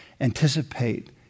Anticipate